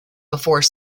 before